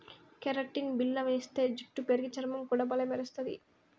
keratin బిల్ల వేస్తే జుట్టు పెరిగి, చర్మం కూడా బల్లే మెరస్తది